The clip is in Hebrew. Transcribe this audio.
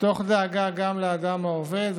תוך דאגה לאדם העובד,